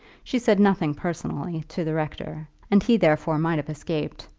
she said nothing personally to the rector, and he therefore might have escaped.